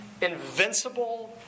invincible